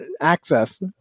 access